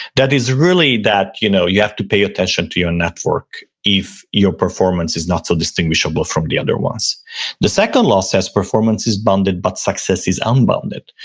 that is really that you know you have to pay attention to your network if your performance is not so distinguishable from the other ones the second law says performance is bounded, but success is unbounded,